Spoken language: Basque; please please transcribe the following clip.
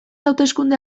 hauteskunde